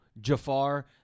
Jafar